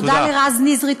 תודה לרז נזרי,